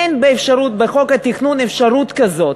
אין בחוק התכנון והבנייה אפשרות כזאת.